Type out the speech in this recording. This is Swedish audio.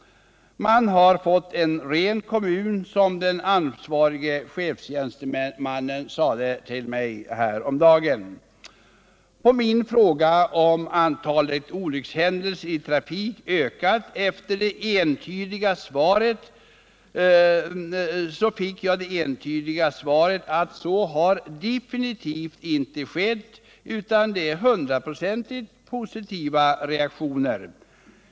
Man har fått en ren kommun, som den ansvarige chefstjänstemannen sade till mig häromdagen. På min fråga om antalet olyckshändelser hade ökat fick jag det entydiga svaret att så definitivt inte har skett utan att reaktionerna är hundraprocentigt positiva.